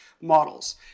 models